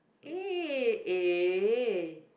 eh eh